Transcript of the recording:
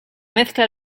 mezcla